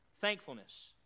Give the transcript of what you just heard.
thankfulness